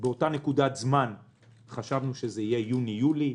באותה נקודת זמן חשבנו שזה יהיה יוני-יולי,